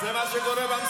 אבל זה מה שקורה במציאות.